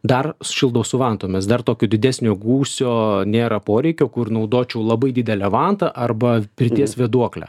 dar šildau su vantomis dar tokio didesnio gūsio nėra poreikio kur naudočiau labai didelę vantą arba pirties vėduoklę